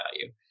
value